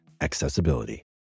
accessibility